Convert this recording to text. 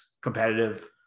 competitive